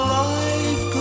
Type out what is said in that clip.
life